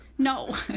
No